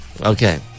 Okay